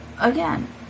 again